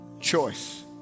choice